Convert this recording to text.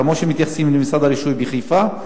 כמו שמתייחסים למשרד הרישוי בחיפה,